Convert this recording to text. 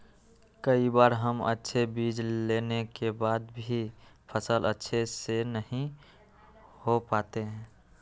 कई बार हम अच्छे बीज लेने के बाद भी फसल अच्छे से नहीं हो पाते हैं?